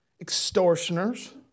extortioners